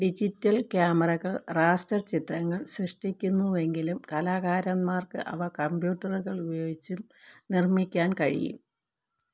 digital ക്യാമറകൾ raster ചിത്രങ്ങൾ സൃഷ്ടിക്കുന്നുവെങ്കിലും കലാകാരന്മാർക്ക് അവ കമ്പ്യൂട്ടറുകൾ ഉപയോഗിച്ചും നിർമ്മിക്കാൻ കഴിയും